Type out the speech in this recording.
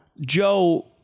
Joe